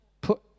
put